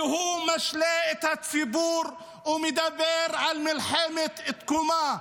כשהוא משלה את הציבור ומדבר על מלחמת תקומה.